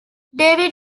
david